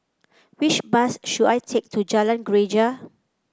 which bus should I take to Jalan Greja